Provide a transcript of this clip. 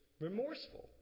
remorseful